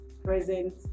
Present